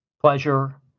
pleasure